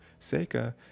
Seika